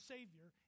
Savior